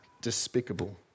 despicable